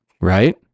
right